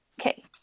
Okay